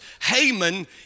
Haman